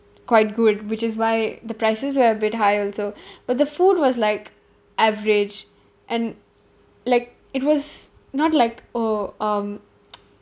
quite good which is why the prices were a bit high also but the food was like average and like it was not like oh um